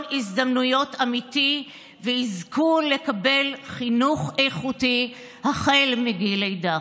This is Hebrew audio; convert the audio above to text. הזדמנויות אמיתי ויזכו לקבל חינוך איכותי החל מגיל לידה.